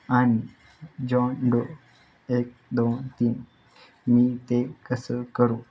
आणि John Doe एक दोन तीन मी ते कसं करू